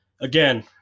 Again